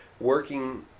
working